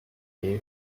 coe